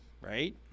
right